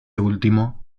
último